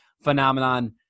phenomenon